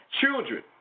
children